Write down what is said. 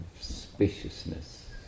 spaciousness